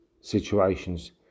situations